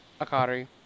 Akari